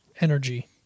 energy